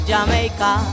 Jamaica